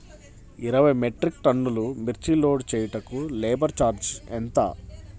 ఇరవై మెట్రిక్ టన్నులు మిర్చి లోడ్ చేయుటకు లేబర్ ఛార్జ్ ఎంత?